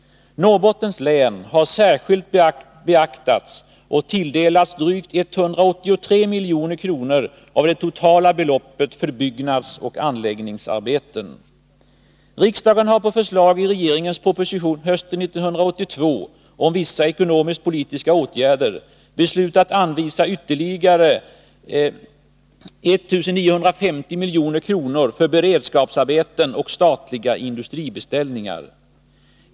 Norrbottens län har särskilt beaktats och tilldelats drygt 183 milj.kr. av det totala beloppet för byggnadsoch anläggningsarbeten. Riksdagen har på förslag av regeringen i propositionen hösten 1982 om vissa ekonomisk-politiska åtgärder beslutat anvisa ytterligare 1950 milj.kr. för beredskapsarbeten och statliga industribeställningar.